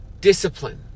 discipline